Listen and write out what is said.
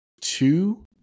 two